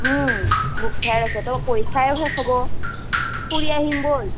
book fair আছে ত' পৰীক্ষাই শেষ হ'ব ফুৰি আহিম ব'ল